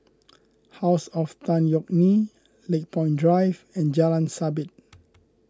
House of Tan Yeok Nee Lakepoint Drive and Jalan Sabit